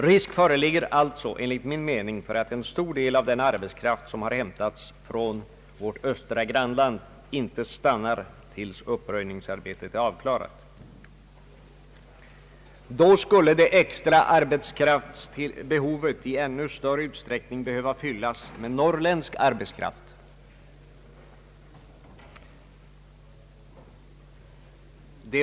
Risk föreligger alltså enligt min mening för att en stor del av den arbetskraft som har hämtats från vårt östra grannland inte stannar tills uppröjningsarbetet är avklarat. Kontentan härav måste bli att behovet av extra arbetskraft då i ännu större utsträckning skulle behöva fyllas med norrländsk arbetskraft.